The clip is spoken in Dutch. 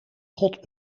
god